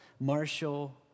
Marshall